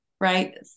right